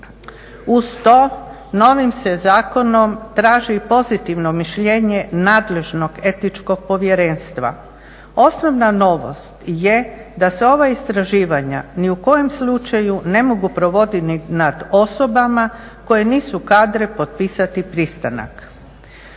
Uz to novim se zakonom traži pozitivno mišljenje nadležnog etičkog povjerenstva. Osnovna novost je da se ova istraživanja ni u kojem slučaju ne mogu provoditi nad osobama koje nisu kadre potpisati pristanak.